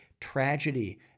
tragedy